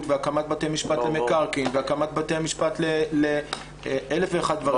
והקמת בתי משפט למקרקעין והקמת בתי משפט לאלף ואחד דברים.